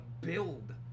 build